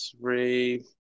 three